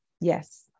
Yes